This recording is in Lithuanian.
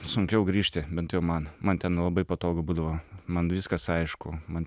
sunkiau grįžti bent jau man man ten labai patogu būdavo man viskas aišku man